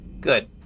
Good